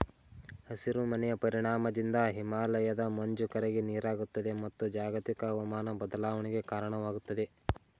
ಹಸಿರು ಮನೆ ಪರಿಣಾಮದಿಂದ ಹಿಮಾಲಯದ ಮಂಜು ಕರಗಿ ನೀರಾಗುತ್ತದೆ, ಮತ್ತು ಜಾಗತಿಕ ಅವಮಾನ ಬದಲಾವಣೆಗೆ ಕಾರಣವಾಗುತ್ತದೆ